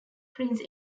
prince